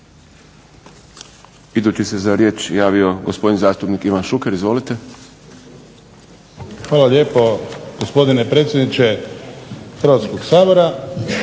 Hvala lijepo gospodine predsjedniče Hrvatskog sabora.